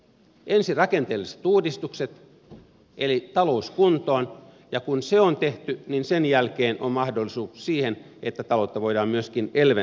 ensin rakenteelliset uudistukset eli talous kuntoon ja kun se on tehty niin sen jälkeen on mahdollisuus siihen että taloutta voidaan myöskin elvyttää